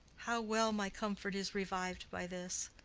how well my comfort is reviv'd by this!